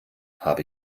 habe